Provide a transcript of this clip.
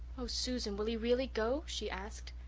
oh, susan, will he really go? she asked.